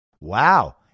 Wow